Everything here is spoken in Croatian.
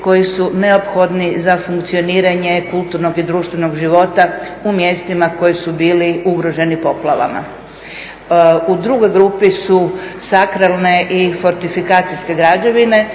koji su neophodni za funkcioniranje kulturnog i društvenog života u mjestima koji su bili ugroženi poplavama. U drugoj grupi su sakralne i fortifikacijske građevine,